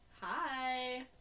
Hi